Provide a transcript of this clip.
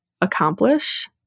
accomplish